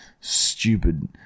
Stupid